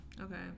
Okay